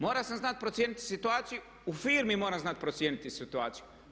Morao sam znati procijeniti situaciju, u firmi moram znati procijeniti situaciju.